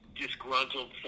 Disgruntled